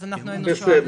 אז אנחנו היינו שואלים.